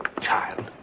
child